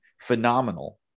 phenomenal